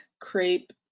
crepe